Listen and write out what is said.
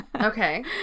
Okay